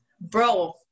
bro